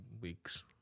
weeks